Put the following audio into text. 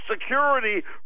Security